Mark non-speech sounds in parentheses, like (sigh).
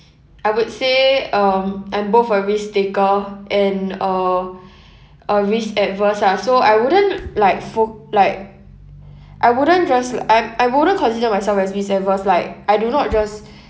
I would say um I'm both a risk taker and uh (breath) uh risk adverse ah so I wouldn't like fo~ like I wouldn't just I I wouldn't consider myself as risk averse like I do not just